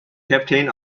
captain